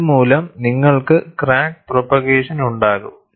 ഇതുമൂലം നിങ്ങൾക്ക് crack propagation ഉണ്ടാകും